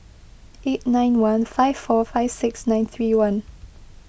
eight nine one five four five six nine three one